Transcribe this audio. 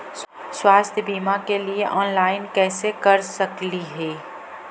स्वास्थ्य बीमा के लिए ऑनलाइन कैसे कर सकली ही?